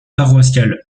paroissiales